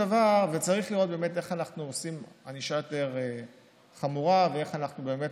צריך לראות איך אנחנו עושים ענישה יותר חמורה ואיך באמת